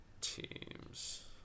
Teams